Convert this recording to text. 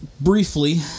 briefly